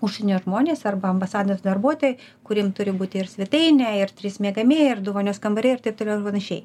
užsienio žmonės arba ambasados darbuotojai kuriem turi būti ir svetainė ir trys miegamieji ir du vonios kambariai ir taip toliau ir panašiai